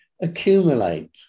accumulate